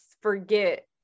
forget